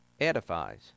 edifies